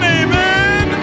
amen